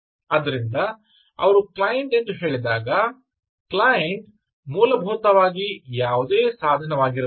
ಆದ್ದರಿಂದ ಅವರು ಕ್ಲೈಂಟ್ ಎಂದು ಹೇಳಿದಾಗ ಕ್ಲೈಂಟ್ ಮೂಲಭೂತವಾಗಿ ಯಾವುದೇ ಸಾಧನವಾಗಿರಬಹುದು